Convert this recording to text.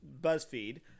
BuzzFeed